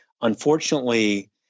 unfortunately